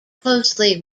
closely